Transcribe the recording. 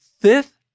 fifth